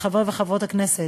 חברי וחברות הכנסת: